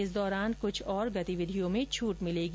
इस दौरान कुछ और गतिविधियों में छूट मिलेगी